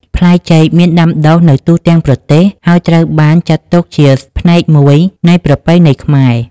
ផ្លែចេកមានដាំដុះនៅទូទាំងប្រទេស ហើយត្រូវបានចាត់ទុកជាផ្នែកមួយនៃប្រពៃណីខ្មែរ។